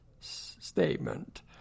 statement